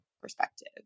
perspective